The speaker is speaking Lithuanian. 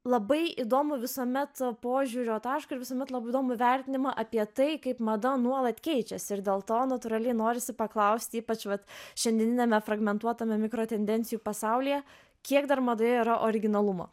labai įdomų visuomet požiūrio taško ir visuomet labai įdomų vertinimą apie tai kaip mada nuolat keičiasi ir dėl to natūraliai norisi paklausti ypač vat šiandieniniame fragmentuotame mikrotendencijų pasaulyje kiek dar madoje yra originalumo